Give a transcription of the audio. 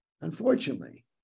unfortunately